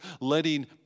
letting